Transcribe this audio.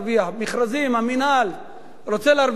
מכרזים, המינהל רוצה להרוויח כסף.